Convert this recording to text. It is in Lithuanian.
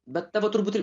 bet tavo turbūt